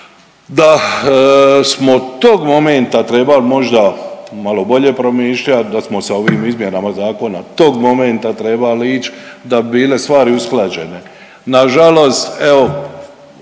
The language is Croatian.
da smo tog momenta trebali možda malo bolje promišljat, da smo sa ovim izmjenama zakona tog momenta trebali ić da bi bile stvari usklađene. Nažalost evo